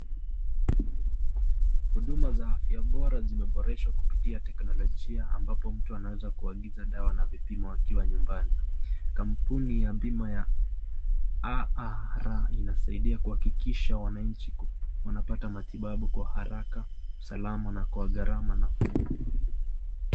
Huduma za afya bora zimeboreshwa kupitia teknolojia ambapo mtu anaweza kuagiza dawa na vipimo akiwa nyumbani. Kampuni ya bima ya AAR inasaidia kuhakikisha wananchi wanapata matibabu kwa haraka, usalama na kwa gharama nafuu.